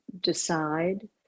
decide